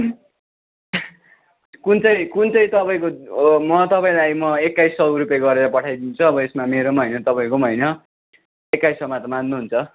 कुन चाहिँ कुन चाहिँ तपाईँको म तपाईँलाई म एक्काइस सय रुपे गरेर पठाइदिन्छु यसमा मेरो होइन तपाईँको होइन एक्काइस सयमा त मान्नु हुन्छ